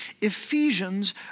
Ephesians